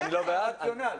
שאין מגע פיזי בין הספורטאים,